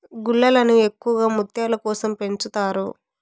గుల్లలను ఎక్కువగా ముత్యాల కోసం పెంచుతారు